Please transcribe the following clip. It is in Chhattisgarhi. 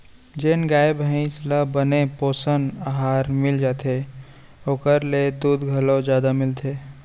जेन गाय भईंस ल बने पोषन अहार मिल जाथे ओकर ले दूद घलौ जादा मिलथे